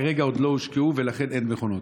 כרגע עוד לא הושקעו ולכן אין מכונות.